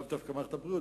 לאו דווקא מערכת הבריאות,